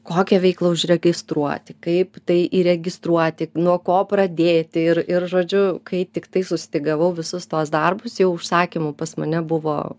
kokią veiklą užregistruoti kaip tai įregistruoti nuo ko pradėti ir ir žodžiu kai tiktai sustygavau visus tuos darbus jau užsakymų pas mane buvo